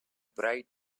bright